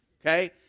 Okay